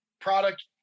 product